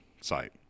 site